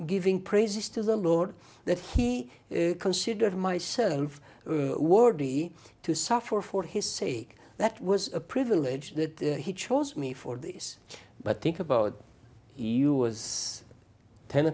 giving praises to the lord that he considered myself worthy to suffer for his sake that was a privilege that he chose me for this but think about us ten